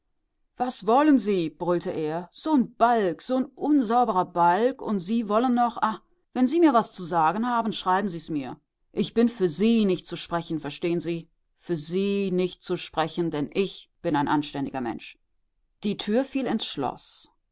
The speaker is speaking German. was wollen sie brüllte er so n balg so n unsauberer balg und sie wollen noch ah wenn sie mir was zu sagen haben schreiben sie es mir ich bin für sie nicht zu sprechen verstehen sie für sie nicht zu sprechen denn ich bin ein anständiger mensch die tür fiel ins schloß